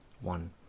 one